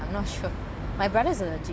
I'm not sure my brother is allergic